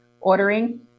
ordering